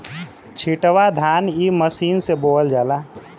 छिटवा धान इ मशीन से बोवल जाला